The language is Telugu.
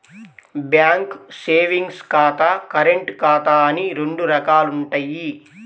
బ్యాంకు సేవింగ్స్ ఖాతా, కరెంటు ఖాతా అని రెండు రకాలుంటయ్యి